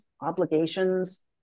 obligations